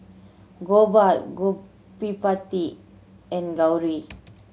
Gopal Gottipati and Gauri